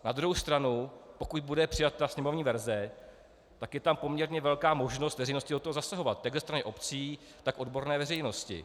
Na druhou stranu pokud bude přijata sněmovní verze, je tam poměrně velká možnost veřejnosti do toho zasahovat jak ze strany obcí, tak odborné veřejnosti.